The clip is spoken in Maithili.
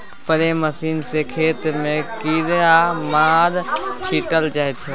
स्प्रे मशीन सँ खेत मे कीरामार छीटल जाइ छै